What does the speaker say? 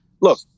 look